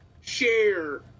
share